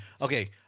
Okay